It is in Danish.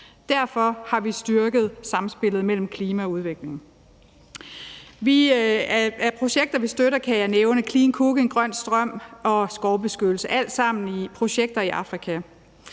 Derfor har vi styrket samspillet mellem klima og udvikling. Af projekter, vi støtter, kan jeg nævne clean cooking, grøn strøm og skovbeskyttelse. Det er alt sammen projekter i Afrika.